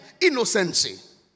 innocency